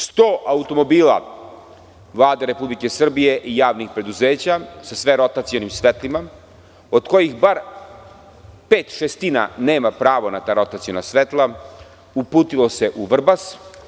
Sto automobila Vlade Republike Srbije i javnih preduzeća, sa sve rotacionim svetlima, od kojih bar pet šestina nema pravo na ta rotaciona svetla, uputilo se u Vrbas.